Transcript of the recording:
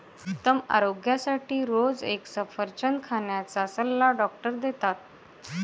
उत्तम आरोग्यासाठी रोज एक सफरचंद खाण्याचा सल्ला डॉक्टर देतात